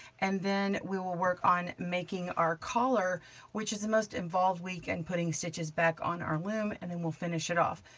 and then we will work on making our collar which is the most involved week, and putting stitches back on our loom. and then we'll finish it off.